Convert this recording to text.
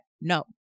no